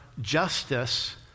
justice